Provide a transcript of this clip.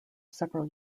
several